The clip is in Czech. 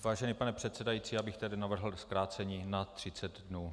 Vážený pane předsedající, já bych tedy navrhl zkrácení na 30 dnů.